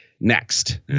next